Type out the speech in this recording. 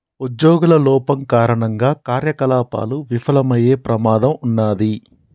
ఉజ్జోగుల లోపం కారణంగా కార్యకలాపాలు విఫలమయ్యే ప్రమాదం ఉన్నాది